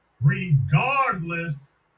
regardless